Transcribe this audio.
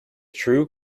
true